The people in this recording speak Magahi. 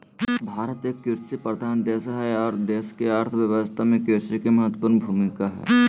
भारत एक कृषि प्रधान देश हई आर देश के अर्थ व्यवस्था में कृषि के महत्वपूर्ण भूमिका हई